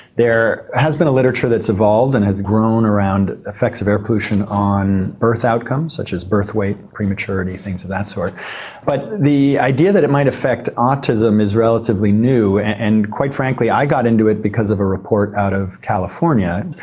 there has been a literature that's evolved and has grown around effects of air pollution on birth outcomes such as birth weight, prematurity, things of that sort but the idea that it might affect autism is relatively new and quite frankly i got into it because of a report out of california,